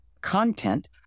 content